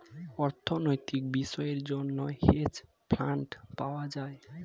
অর্থনৈতিক বিষয়ের জন্য হেজ ফান্ড পাওয়া যায়